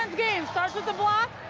game start with the block